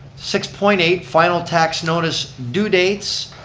six point eight, final tax notice due dates.